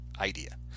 idea